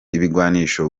ibigwanisho